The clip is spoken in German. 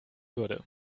würde